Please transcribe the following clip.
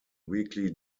weekly